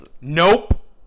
Nope